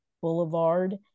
Boulevard